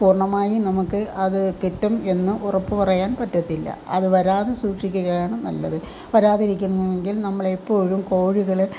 പൂർണമായും നമുക്ക് അത് കിട്ടും എന്ന് ഉറപ്പു പറയാൻ പറ്റത്തില്ല അത് വരാതെ സൂക്ഷിക്കുകയാണ് നല്ലത് വരാതിരിക്കുന്നുവെങ്കിൽ നമ്മൾ എപ്പോഴും കോഴികളെ